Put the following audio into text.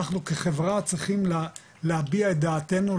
אנחנו כחברה צריכים להביע את דעתנו,